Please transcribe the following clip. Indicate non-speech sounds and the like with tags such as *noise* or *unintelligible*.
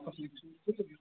*unintelligible*